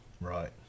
Right